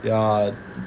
ya